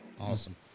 awesome